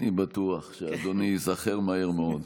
אני בטוח שאדוני ייזכר מהר מאוד.